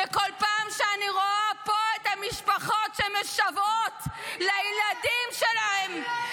וכל פעם שאני רואה פה את המשפחות שמשוועות לילדים שלהם,